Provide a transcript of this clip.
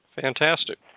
Fantastic